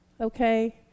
Okay